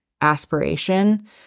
aspiration